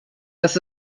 das